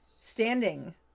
standing